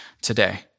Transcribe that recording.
today